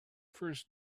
first